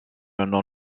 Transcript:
non